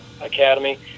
Academy